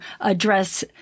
address